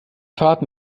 fahrt